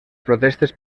protestes